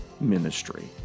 ministry